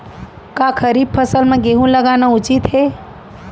का खरीफ फसल म गेहूँ लगाना उचित है?